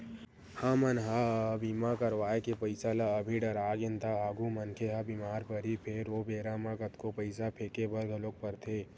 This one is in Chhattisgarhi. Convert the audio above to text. हमन ह बीमा करवाय के पईसा ल अभी डरागेन त आगु मनखे ह बीमार परही फेर ओ बेरा म कतको पईसा फेके बर घलोक परथे